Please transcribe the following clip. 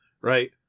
Right